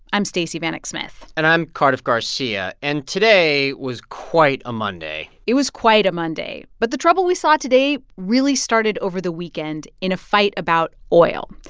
i'm stacey vanek smith and i'm cardiff garcia. and today was quite a monday it was quite a monday. but the trouble we saw today really started over the weekend in a fight about oil.